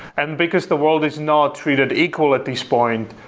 and because the world is not treated equal at this point,